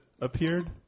appeared